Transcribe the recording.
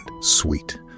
sweet